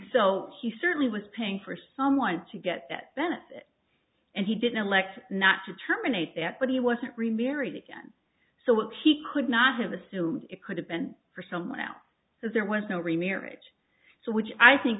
so he certainly was paying for someone to get that benefit and he didn't elect not to terminate that but he wasn't remarried again so what he could not have assumed it could have been for someone else so there was no remarriage so which i think